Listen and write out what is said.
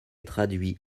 traduits